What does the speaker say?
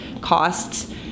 costs